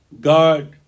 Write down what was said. God